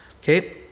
Okay